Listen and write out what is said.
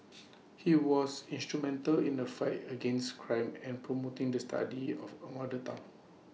he was instrumental in the fight against crime and promoting the study of A mother tongue